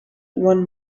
one